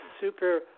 super